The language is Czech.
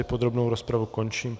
Podrobnou rozpravu končím.